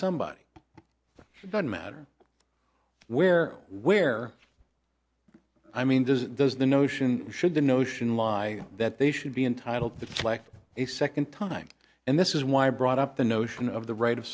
somebody not matter where where i mean does does the notion should the notion lie that they should be entitled to a second time and this is why i brought up the notion of the right of